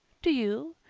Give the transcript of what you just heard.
do you?